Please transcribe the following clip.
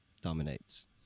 Dominates